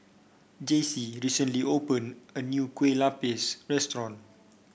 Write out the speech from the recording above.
Jace recently opened a new Kue Lupis restaurant